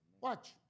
Watch